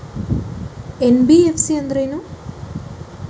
NBFC ಅಂದ್ರೇನು?